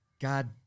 God